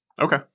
Okay